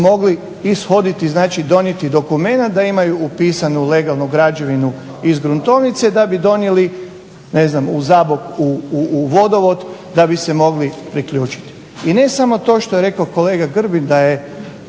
mogli ishoditi, znači donijeti dokument da imaju upisanu legalnu građevinu iz gruntovnice da bi donijeli u Zabok u vodovod da bi se mogli priključiti. I ne samo to što je rekao kolega Grbin da